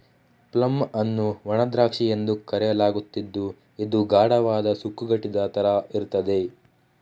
plum ಅನ್ನು ಒಣ ದ್ರಾಕ್ಷಿ ಎಂದು ಕರೆಯಲಾಗುತ್ತಿದ್ದು ಇದು ಗಾಢವಾದ, ಸುಕ್ಕುಗಟ್ಟಿದ ತರ ಇರ್ತದೆ